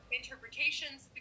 interpretations